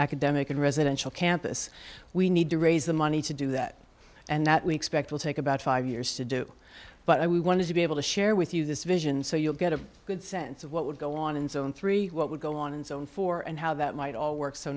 academic and residential campus we need to raise the money to do that and that we expect will take about five years to do but i wanted to be able to share with you this vision so you'll get a good sense of what would go on in zone three what would go on and zone four and how that might all work so